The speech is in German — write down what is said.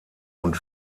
und